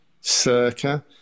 circa